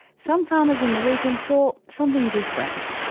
some farmers in the region saw something different.